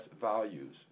values